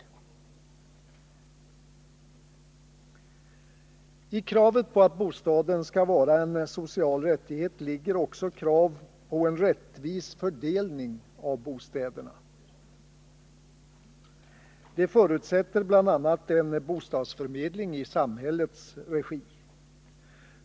I kravet på att bostaden skall vara en social rättighet ligger också krav på en rättvis fördelning av bostäderna. Det förutsätter bl.a. en bostadsförmedling i samhällets regi.